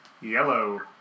Yellow